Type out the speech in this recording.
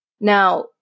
Now